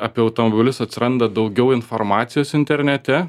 apie automobilius atsiranda daugiau informacijos internete